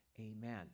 Amen